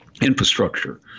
infrastructure